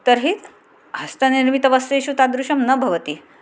तर्हि हस्तनिर्मितवस्त्रेषु तादृशं न भवति